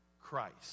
Christ